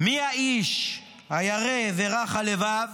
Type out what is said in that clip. "מי האיש הירא ורך הלבב